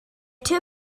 typ